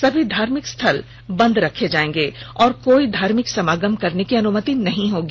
सभी धार्मिक स्थल बंद रहेंगे और कोई धार्मिक समागम करने की अनुमति नहीं होगी